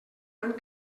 han